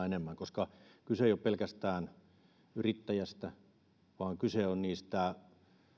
enemmän kyse ei ole pelkästään yrittäjistä vaan kyse on niistä